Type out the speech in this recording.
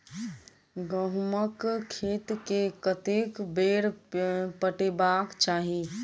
गहुंमक खेत केँ कतेक बेर पटेबाक चाहि?